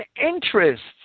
interests